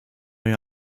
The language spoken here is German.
neue